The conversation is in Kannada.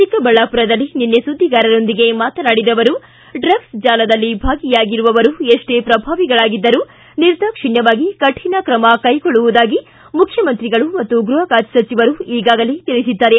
ಚಿಕ್ಕಬಳ್ಳಾಪುರ ನಿನ್ನೆ ಸುದ್ದಿಗಾರರೊಂದಿಗೆ ಮಾತನಾಡಿದ ಅವರು ಡ್ರಗ್ಸ್ ಜಾಲದಲ್ಲಿ ಭಾಗಿಯಾಗಿರುವವರು ಎಷ್ಟೇ ಪ್ರಭಾವಿಗಳಾಗಿದ್ದರೂ ನಿರ್ದಾಕ್ಷಿಣ್ಯವಾಗಿ ಕಠಿಣ ಕ್ರಮ ಕೈಗೊಳ್ಳುವುದಾಗಿ ಮುಖ್ಯಮಂತ್ರಿಗಳು ಮತ್ತು ಗೃಹ ಖಾತೆ ಸಚಿವರು ಈಗಾಗಲೇ ತಿಳಿಸಿದ್ದಾರೆ